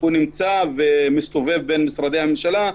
נמצא ומסתובב בין משרדי הממשלה.